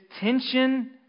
tension